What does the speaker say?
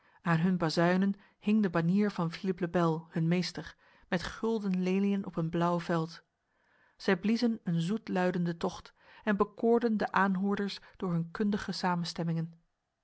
aan hun bazuinen hing de banier van philippe le bel hun meester met gulden leliën op een blauw veld zij bliezen een zoetluidende tocht en bekoorden de aanhoorders door hun kundige samenstemmingen